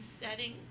setting